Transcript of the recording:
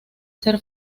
ser